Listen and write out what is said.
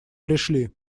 пришли